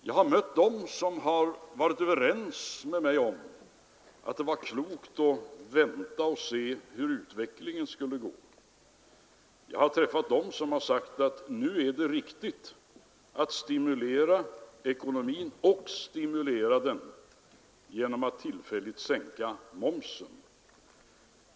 Jag har mött sådana som varit överens med mig om att det var klokt att vänta och se hur utvecklingen skulle gå. Jag har träffat dem som sagt att det nu är riktigt att stimulera ekonomin och att göra det genom att tillfälligt sänka momsen.